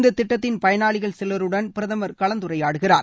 இந்த திட்டத்தின் பயனாளிகள் சிலருடன் பிரதமர் கலந்துரையாடுகிறார்